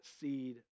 seed